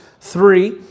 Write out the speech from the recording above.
Three